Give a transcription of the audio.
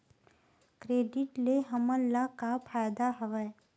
Credit ले हमन ला का फ़ायदा हवय?